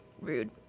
rude